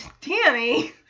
Danny